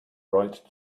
right